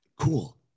cool